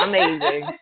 Amazing